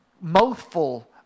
mouthful